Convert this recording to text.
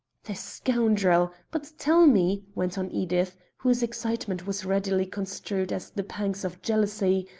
the scoundrel! but tell me, went on edith, whose excitement was readily construed as the pangs of jealousy,